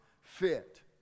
Fit